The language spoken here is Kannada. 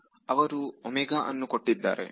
ವಿದ್ಯಾರ್ಥಿ ಅವರು ಅನ್ನು ಕೊಟ್ಟಿದ್ದಾರೆ